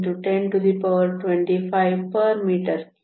05 x 1025 m 3